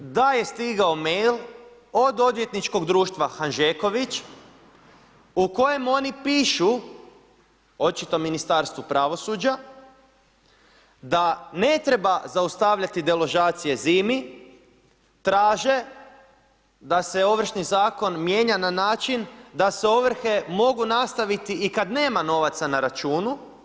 Da je stigao mail od Odvjetničkog društva Hanžeković u kojem oni pišu, očito Ministarstvu pravosuđa, da ne treba zaustavljati deložacije zimi, traže da se Ovršni zakon mijenja na način da se ovrhe mogu nastaviti i kad nema novaca na računu.